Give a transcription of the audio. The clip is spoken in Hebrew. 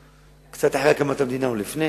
קצת לפני הקמת המדינה או אחרי,